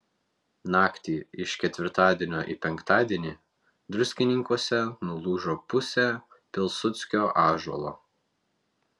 naktį iš ketvirtadienio į penktadienį druskininkuose nulūžo pusė pilsudskio ąžuolo